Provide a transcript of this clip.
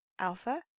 alpha